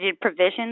provisions